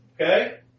Okay